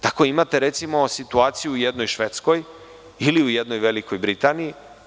Tako, recimo, imate situaciju u jednoj Švedskoj ili u jednoj Velikoj Britaniji.